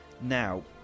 now